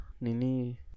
nini